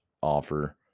offer